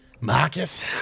Marcus